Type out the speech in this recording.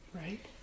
Right